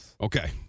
Okay